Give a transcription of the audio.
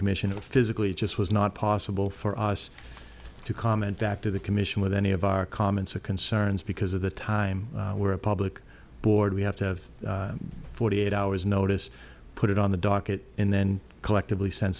commission or physically it just was not possible for us to comment back to the commission with any of our comments or concerns because of the time we're a public board we have to have forty eight hours notice put it on the docket and then collectively send